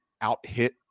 out-hit